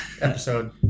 episode